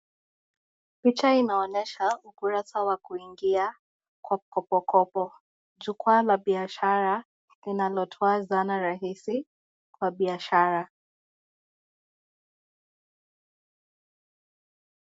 picha unaonesha ukurasa wa kuingia kwa kopokopo jukwa la biashara inalotwa sana rahisi kwa biashara.